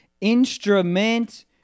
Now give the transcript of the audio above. instrument